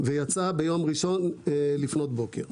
ויצאה ביום ראשון לפנות בוקר.